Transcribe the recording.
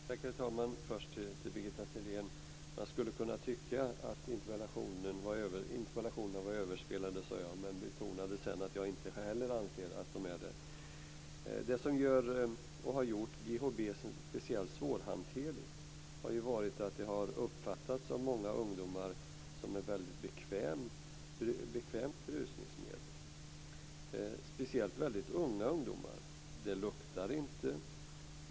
Herr talman! Jag vill först vända mig till Birgitta Sellén. Man skulle kunna tycka att interpellationen är överspelad, men jag betonade sedan att jag inte heller anser att den är det. Det som gör, och har gjort, GHB speciellt svårhanterligt har varit att det har uppfattats av många ungdomar som ett bekvämt berusningsmedel. Det gäller speciellt unga ungdomar. Det luktar inte.